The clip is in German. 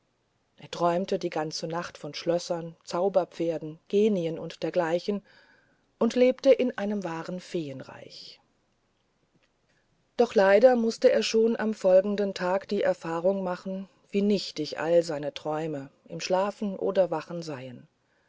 er träumte die ganze nacht von schlössern zauberpferden genien und dergleichen und lebte in einem wahren feenreich doch leider mußte er schon am folgenden tag die erfahrung machen wie nichtig all seine träume im schlafen oder wachen seien